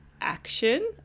action